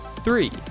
three